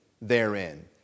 therein